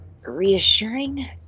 reassuring